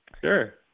Sure